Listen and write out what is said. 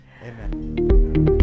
Amen